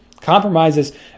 compromises